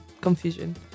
confusion